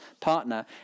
partner